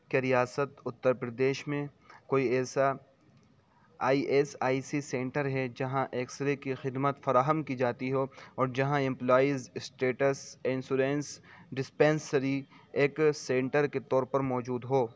کیا ریاست اتر پردیش میں کوئی ایسا I S I C centre ہے جہاں ایکس رے کی خدمت فراہم کی جاتی ہو اور جہاں امپلائیز اسٹیٹس انسورنس ڈسپینسری ایک سینٹر کے طور پر موجود ہو